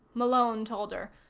malone told her.